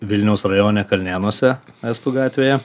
vilniaus rajone kalnėnuose estų gatvėje